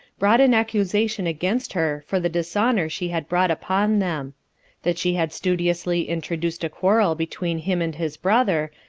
brought an accusation against her for the dishonor she had brought upon them that she had studiously introduced a quarrel between him and his brother,